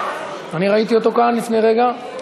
אני ראיתי אותו כאן לפני רגע.